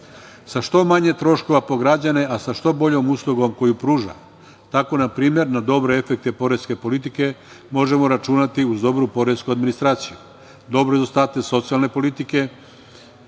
sa što manje troškova po građane, a sa što boljom uslugom koju pruža. Tako na primer dobre efekte poreske politike možemo računati uz dobro poresku administraciju. Dobru administraciju socijalne politike